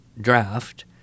draft